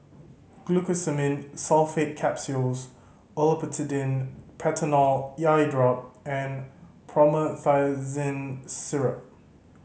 Glucosamine Sulfate Capsules Olopatadine Patanol Eyedrop and Promethazine Syrup